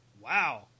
Wow